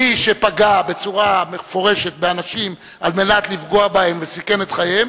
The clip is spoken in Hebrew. מי שפגע באנשים על מנת לפגוע בהם וסיכן את חייהם,